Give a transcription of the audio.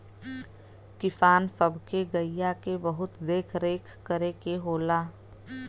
किसान सब के गइया के बहुत देख रेख करे के होला